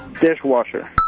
Dishwasher